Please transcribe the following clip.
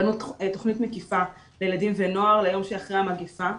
בנו תוכנית מקיפה לילדים ונוער ליום שאחרי המגיפה.